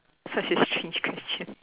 such a strange question